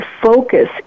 focus